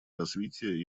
развитие